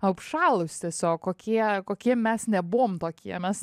apšalus tiesiog kokie kokie mes nebuvom tokie mes